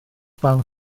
barn